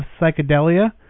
Psychedelia